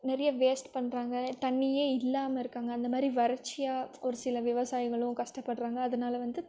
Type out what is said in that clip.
நிறைய வேஸ்ட் பண்ணுறாங்க தண்ணீயே இல்லாமல் இருக்காங்கள் அந்தமாதிரி வறட்சியா ஒருசில விவசாயிகளும் கஷ்டப்படுறாங்க அதனால வந்து